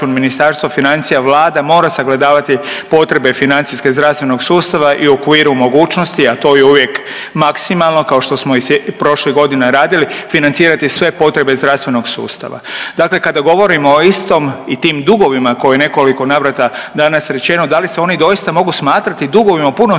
Ministarstvo financija, Vlada, mora sagledavati potrebe financijske zdravstvenog sustava i u okviru mogućnosti, a to je uvijek maksimalno, kao što smo i prošle godine radili, financirati sve potrebe zdravstvenog sustava. Dakle kada govorimo o istim i tim dugovima koji nekoliko navrata danas rečeno, da li se oni doista mogu smatrati dugovima u